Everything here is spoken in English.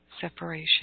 separation